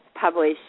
publish